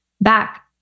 back